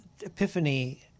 Epiphany